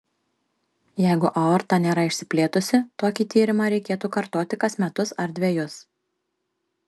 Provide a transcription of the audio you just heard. jeigu aorta nėra išsiplėtusi tokį tyrimą reikėtų kartoti kas metus ar dvejus